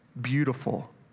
beautiful